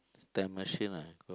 time machine lah